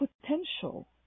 potential